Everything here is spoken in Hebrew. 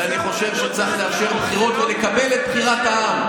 ואני חושב שצריך לאפשר בחירות ולקבל את בחירת העם,